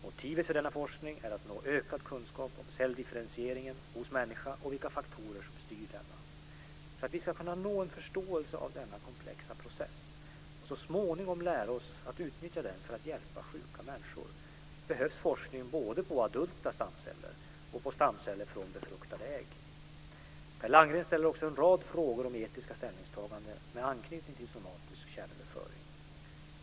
Motivet för denna forskning är att nå ökad kunskap om celldifferentieringen hos människa och vilka faktorer som styr denna. För att vi ska kunna nå en förståelse av denna komplexa process och så småningom lära oss att utnyttja den för att hjälpa sjuka människor behövs forskning både på s.k. adulta stamceller och på stamceller från befruktade ägg. Per Landgren ställer också en rad frågor om etiska ställningstaganden med anknytning till somatisk kärnöverföring.